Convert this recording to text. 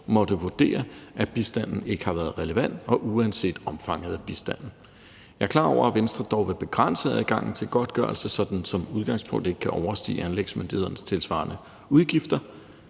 måtte vurdere, at bistanden ikke har været relevant, og uanset omfanget af bistanden. Jeg er klar over, at Venstre dog vil begrænse adgangen til godtgørelse, så den som udgangspunkt ikke kan overstige anlægsmyndighedernes tilsvarende udgifter.